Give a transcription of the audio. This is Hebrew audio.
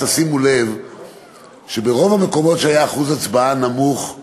שימו לב שרוב המקומות שבהם היו אחוזי הצבעה נמוכים